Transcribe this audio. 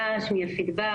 המשרד לשוויון חברתי.